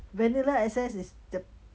vanilla essence is the